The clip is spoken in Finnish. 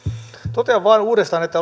totean vain uudestaan että